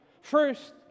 First